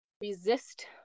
resist